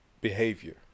behavior